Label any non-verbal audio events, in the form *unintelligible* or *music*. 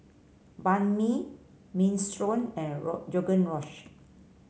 Banh Mi Minestrone and *unintelligible*